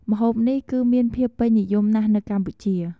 ម្ហូបនេះ គឹមានភាពពេញនិយមណាស់នៅកម្ពុជា។